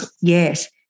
Yes